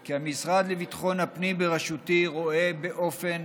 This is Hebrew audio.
כי המשרד לביטחון הפנים בראשותי רואה באופן